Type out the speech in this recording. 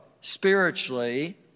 spiritually